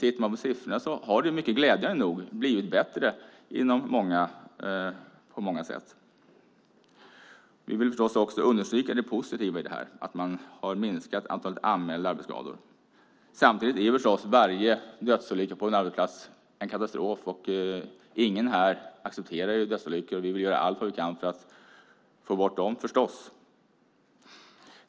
Tittar man på siffrorna ser man att det glädjande nog har blivit bättre på många sätt. Vi vill förstås också understryka det positiva i att man har minskat antalet anmälda arbetsskador. Samtidigt är självfallet varje dödsolycka på en arbetsplats en katastrof. Ingen här accepterar dödsolyckor. Vi vill förstås göra allt vi kan för att få bort dem.